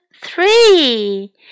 three